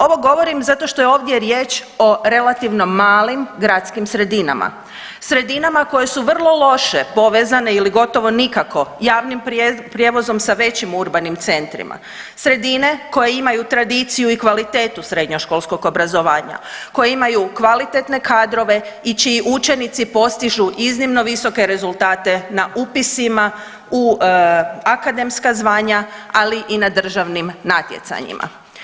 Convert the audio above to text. Ovo govorim zato što je ovdje riječ o relativno malim gradskim sredinama, sredinama koje su vrlo loše povezane ili gotovo nikako javnim prijevozom sa većim urbanim centrima, sredine koje imaju tradiciju i kvalitetu srednjoškolskog obrazovanja, koje imaju kvalitetne kadrove i čiji učenici postižu iznimno visoke rezultate na upisima u akademska zvanja, ali i na državnim natjecanjima.